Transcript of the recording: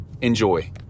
Enjoy